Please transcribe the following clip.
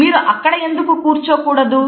మీరు అక్కడ ఎందుకు కూర్చోకూడదు